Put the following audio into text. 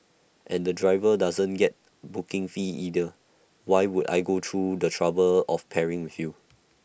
and the driver doesn't get booking fee either why would I go through the trouble of pairing with you